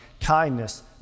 kindness